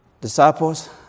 disciples